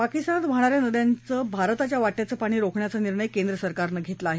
पाकिस्तानत वाहणाऱ्या नद्यांचं भारताच्या वाटयाचं पाणी रोखण्याचा निर्णय केंद्रसरकारनं घेतला आहे